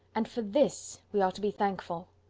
and for this we are to be thankful.